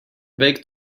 big